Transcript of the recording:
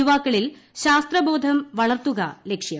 യുവാക്കളിൽ ശാസ്ത്രബോധം വളർത്തുക ലക്ഷ്യം